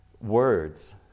words